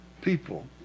people